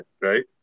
right